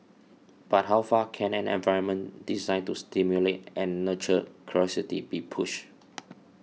but how far can an environment designed to stimulate and nurture curiosity be pushed